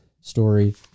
story